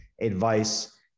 advice